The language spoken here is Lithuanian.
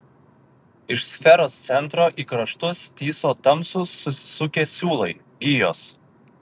iš sferos centro į kraštus tįso tamsūs susisukę siūlai gijos